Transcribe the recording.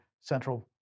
central